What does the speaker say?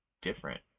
different